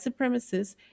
supremacists